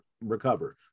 recover